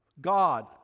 God